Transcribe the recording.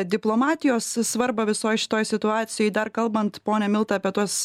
diplomatijos svarbą visoj šitoj situacijoj dar kalbant ponia milda apie tuos